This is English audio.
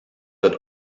that